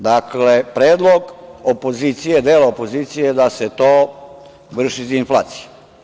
Dakle, predlog dela opozicije da se to vrši iz inflacije.